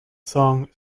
song